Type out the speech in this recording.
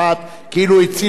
כאילו הציל עולם ומלואו.